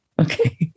okay